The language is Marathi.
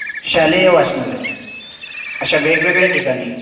शालेय वाचनालय अशा वेगवेगळ्या ठिकाणी